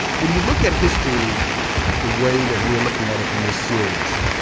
when you look at history the way that we're looking at it in this series,